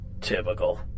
Typical